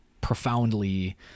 profoundly